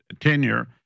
tenure